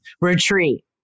retreat